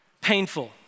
painful